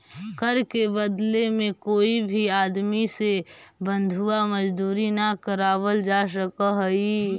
कर के बदले में कोई भी आदमी से बंधुआ मजदूरी न करावल जा सकऽ हई